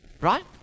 right